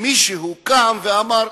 שמישהו קם ואמר,